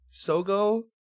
Sogo